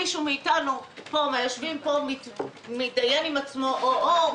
מישהו מהיושבים פה מתדיין עם עצמו או-או?